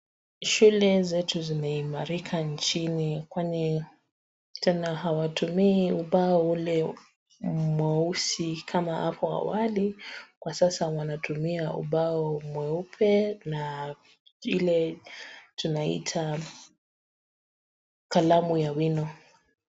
Shule zetu zimeimarika nchini kwani tena hawatumii ubao ule mweusi kama hapo awali. Kwa sasa wanatumia ubao mweupe na ile tunaita kalamu ya wino.